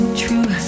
true